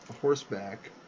horseback